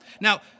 Now